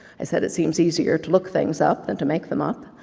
i said it seems easier to look things up than to make them up,